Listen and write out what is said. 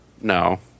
No